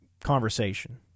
conversation